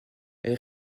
elle